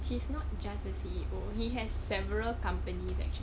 he's not just a C_E_O he has several companies actually